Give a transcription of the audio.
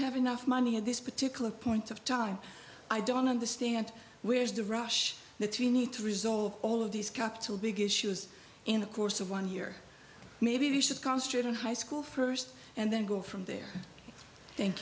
have enough money at this particular point of time i don't understand where is the rush that we need to resolve all of these capital big issues in the course of one year maybe we should concentrate on high school first and then go from there thank